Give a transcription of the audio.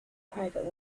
private